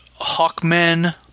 Hawkmen